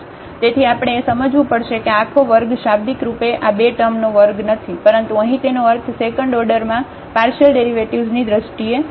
તેથી આપણે એ સમજવું પડશે કે આ આખો વર્ગશાબ્દિક રૂપે આ બે ટર્મનો વર્ગ નથી પરંતુ અહીં તેનો અર્થ સેકન્ડ ઓર્ડરમાં પાર્શિયલ ડેરિવેટિવ્ઝની દ્રષ્ટિએ છે